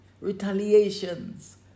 retaliations